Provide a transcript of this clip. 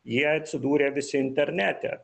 jie atsidūrė visi internete